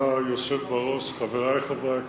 היושב-ראש, חברי חברי הכנסת,